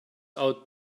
out